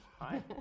Hi